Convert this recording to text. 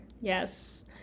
Yes